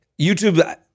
YouTube